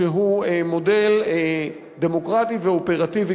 שהוא מודל דמוקרטי ואופרטיבי,